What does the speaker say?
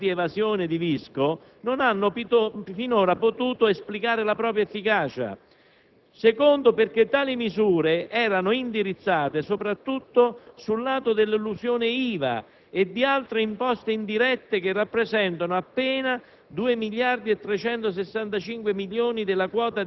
*In primis*, le misure antielusione e antievasione di Visco non hanno finora potuto esplicare la loro efficacia. In secondo luogo, tali misure erano indirizzate soprattutto al lato della lotta all'elusione IVA e di altre imposte indirette rappresentanti appena